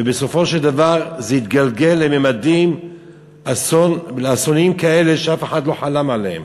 ובסופו של דבר זה התגלגל לממדים אסוניים כאלה שאף אחד לא חלם עליהם.